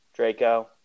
Draco